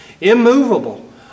immovable